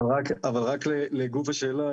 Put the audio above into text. לגוף השאלה,